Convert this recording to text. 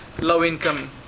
low-income